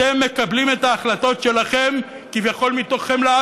אתם מקבלים את ההחלטות שלכם, כביכול, מתוך חמלה.